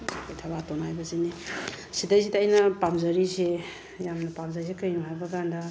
ꯑꯩꯈꯣꯏ ꯊꯕꯥꯇꯣꯟ ꯍꯥꯏꯕꯁꯤꯅꯦ ꯁꯤꯗꯩꯁꯤꯗ ꯑꯩꯅ ꯄꯥꯝꯖꯔꯤꯁꯦ ꯌꯥꯝꯅ ꯄꯥꯝꯖꯩꯁꯦ ꯀꯩꯅꯣ ꯍꯥꯏꯕꯀꯥꯟꯗ